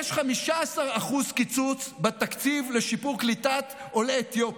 יש 15% קיצוץ בתקציב לשיפור קליטת עולי אתיופיה.